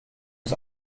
des